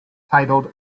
titled